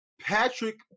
Patrick